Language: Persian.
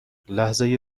لحظه